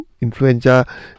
influenza